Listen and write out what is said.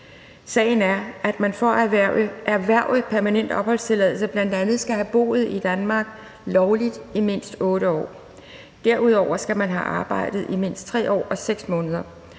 Sagen er, at man for at erhverve permanent opholdstilladelse bl.a. skal have boet i Danmark lovligt i mindst 8 år. Derudover skal man have arbejdet i mindst 3 år og 6 måneder.